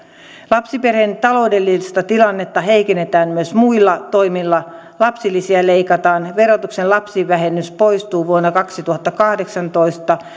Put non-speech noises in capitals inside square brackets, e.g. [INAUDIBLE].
lapsiperheiden taloudellista tilannetta heikennetään myös muilla toimilla lapsilisiä leikataan verotuksen lapsivähennys poistuu vuonna kaksituhattakahdeksantoista [UNINTELLIGIBLE]